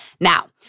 Now